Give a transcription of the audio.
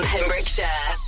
Pembrokeshire